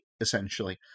essentially